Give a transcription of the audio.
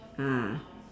ah